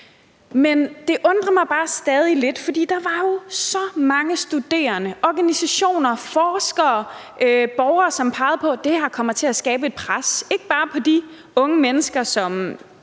Men jeg undrer mig bare stadig lidt, for der var jo så mange studerende, organisationer, forskere og borgere, som pegede på, at det her ville komme til at skabe et pres, ikke bare på de unge mennesker, som